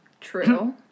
True